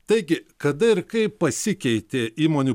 taigi kada ir kaip pasikeitė įmonių